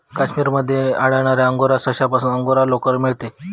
काश्मीर मध्ये आढळणाऱ्या अंगोरा सशापासून अंगोरा लोकर मिळते